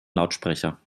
lautsprecher